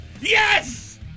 Yes